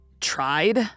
tried